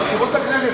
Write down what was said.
מזכירות הכנסת,